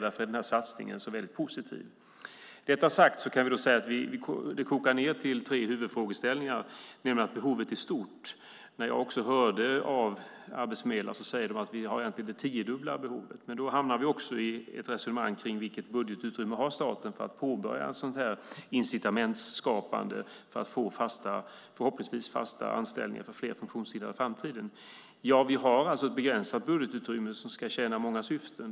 Därför är satsningen så positiv. Det kokar ned till tre huvudfrågeställningar. En sådan är behovet i stort. Arbetsförmedlare säger att de egentligen har det tiodubbla behovet. Då hamnar vi i ett resonemang om vilket budgetutrymme staten har för att påbörja ett sådant incitamentsskapande för att förhoppningsvis få fler fasta anställningar för funktionshindrade i framtiden. Vi har ett begränsat budgetutrymme som ska tjäna många syften.